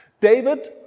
David